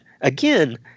again